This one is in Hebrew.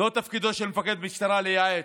תפקידו של מפקד משטרה לא לייעץ,